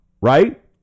right